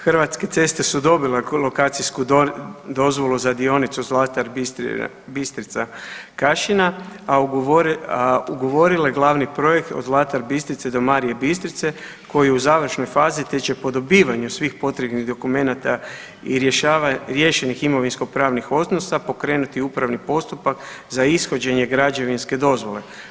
Hrvatske ceste su dobile lokacijsku dozvolu za dionicu Zlatar Bistrica – Kašina, a ugovorile glavni projekt od Zlatar Bistrice do Marije Bistrice koji je u završnoj fazi, te će po dobivanju svih potrebnih dokumenata i riješenih imovinsko-pravnih odnosa pokrenuti upravni postupak za ishođenje građevinske dozvole.